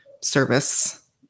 service